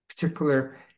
particular